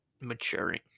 Maturing